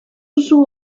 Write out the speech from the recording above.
duzu